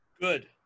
Good